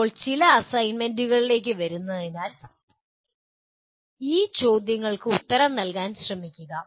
ഇപ്പോൾ ചില അസൈൻമെന്റുകളിലേക്ക് വരുന്നതിനാൽ ഈ ചോദ്യങ്ങൾക്ക് ഉത്തരം നൽകാൻ ശ്രമിക്കുക